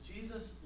Jesus